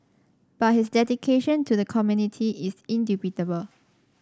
but his dedication to the community is indubitable